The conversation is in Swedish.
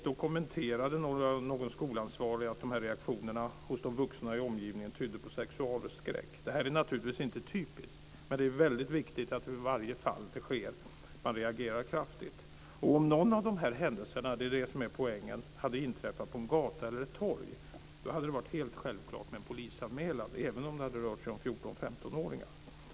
Då kommenterade någon skolansvarig att reaktionerna hos de vuxna i omgivningen tydde på sexualskräck. Detta är naturligtvis inte typiskt, men det är viktigt att man reagerar kraftigt i varje fall som det sker. Om någon av händelserna - och det är det som är poängen - hade inträffat på en gata eller ett torg hade det varit helt självklart med polisanmälan, även om det hade rört sig om 14-15-åringar.